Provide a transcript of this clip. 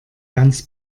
ganz